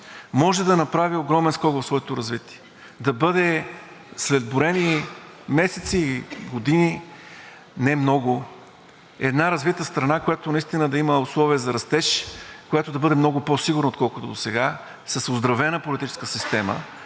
може да направи огромен скок в своето развитие и след броени месеци, години – не много, да бъде една развита страна, в която наистина да има условия за растеж, която да бъде много по-сигурна, отколкото досега, с оздравена политическа система,